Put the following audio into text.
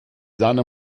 sahne